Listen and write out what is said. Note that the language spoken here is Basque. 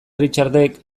richardek